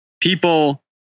people